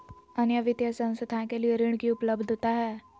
अन्य वित्तीय संस्थाएं के लिए ऋण की उपलब्धता है?